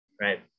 right